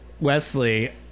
Wesley